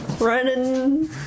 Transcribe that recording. running